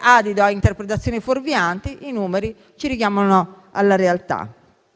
ad interpretazioni fuorvianti; i numeri ci richiamano alla realtà.